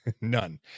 none